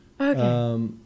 Okay